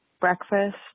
breakfast